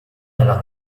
nella